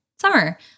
summer